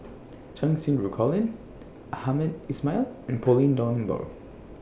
Cheng Xinru Colin Hamed Ismail and Pauline Dawn Loh